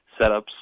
setups